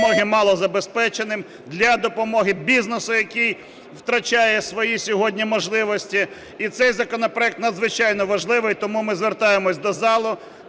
допомоги малозабезпеченим, для допомоги бізнесу, який втрачає свої сьогодні можливості. І цей законопроект надзвичайно важливий. Тому ми звертаємося до залу